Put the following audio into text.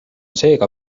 seega